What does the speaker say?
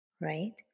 right